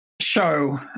show